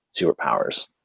superpowers